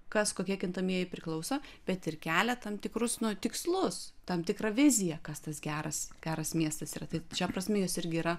kas kokie kintamieji priklauso bet ir kelia tam tikrus tikslus tam tikrą viziją kas tas geras geras miestas yra tai šia prasme jos irgi yra